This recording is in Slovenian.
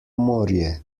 morje